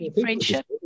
friendship